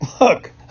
Look